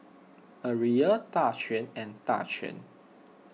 Ariella Daquan and Daquan